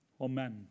Amen